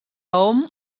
hom